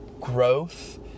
growth